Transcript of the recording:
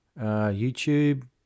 YouTube